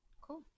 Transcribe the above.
Cool